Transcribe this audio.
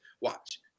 Watch